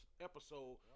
episode